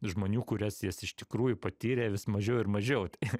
žmonių kurias jis iš tikrųjų patyrė vis mažiau ir mažiau tai